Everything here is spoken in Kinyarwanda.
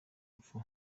epfo